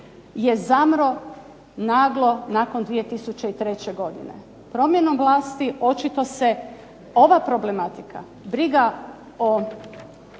je zamro naglo nakon 2003. godine. Promjenom vlasti očito se ova problematika, briga o